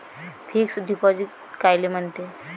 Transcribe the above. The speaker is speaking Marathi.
फिक्स डिपॉझिट कायले म्हनते?